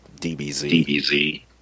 DBZ